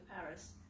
Paris